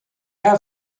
have